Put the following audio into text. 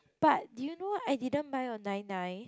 but did you know I didn't buy on nine nine